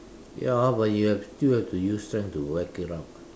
ya but you have still have to use strength to whack it up ah